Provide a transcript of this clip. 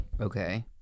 okay